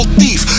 thief